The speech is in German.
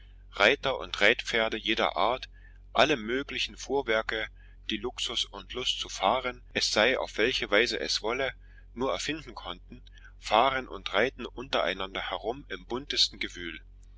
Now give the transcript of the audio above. reiter und reitpferde jeder art alle möglichen fuhrwerke die luxus und lust zu fahren es sei auf welche weise es wolle nur erfinden konnten fahren und reiten untereinander herum im buntesten gewühl